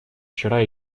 вчера